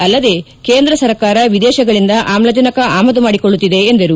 ಅಲ್ಲದೆ ಕೇಂದ್ರ ಸರ್ಕಾರ ವಿದೇಶಗಳಿಂದ ಆಮ್ಲಜನಕ ಆಮದು ಮಾಡಿಕೊಳ್ಳುತ್ತಿದೆ ಎಂದರು